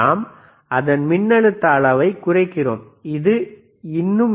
நாம் அதன் மின் அழுத்த அளவை குறைக்கிறோம் அது இன்னும் ஏ